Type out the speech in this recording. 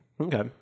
Okay